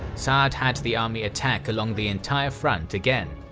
sa'd had the army attack along the entire front again.